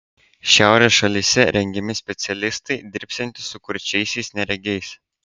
šiaurės šalyse rengiami specialistai dirbsiantys su kurčiaisiais neregiais